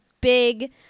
big